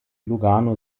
lugano